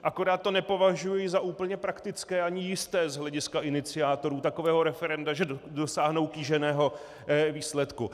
Akorát to nepovažuji za úplně praktické ani jisté z hlediska iniciátorů takového referenda, že dosáhnou kýženého výsledku.